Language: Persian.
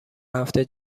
هفته